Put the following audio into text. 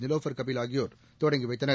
நிலோஃபர் கபில் ஆகியோர் தொடங்கி வைத்தார்